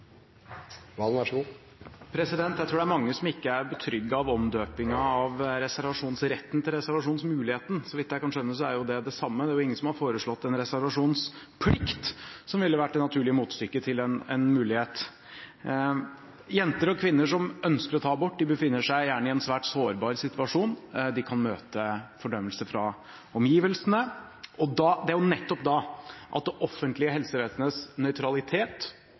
mange som ikke er betrygget av omdøpingen av reservasjonsretten til reservasjonsmuligheten. Så vidt jeg kan skjønne, er dette det samme. Det er jo ingen som har foreslått en reservasjonsplikt, som ville vært det naturlige motstykket til en mulighet. Jenter og kvinner som ønsker å ta abort, befinner seg gjerne i en svært sårbar situasjon. De kan møte fordømmelse fra omgivelsene, og det er jo nettopp da at det offentlige helsevesenets nøytralitet